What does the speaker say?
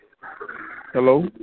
Hello